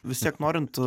vis tiek norint